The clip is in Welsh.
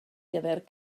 gyfer